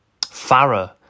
Farah